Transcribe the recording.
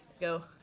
Go